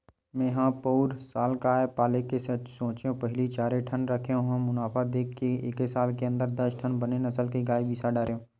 मेंहा पउर साल गाय पाले के सोचेंव पहिली चारे ठन रखे रेहेंव मुनाफा देख के एके साल के अंदर दस ठन बने नसल के गाय बिसा डरेंव